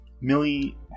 Millie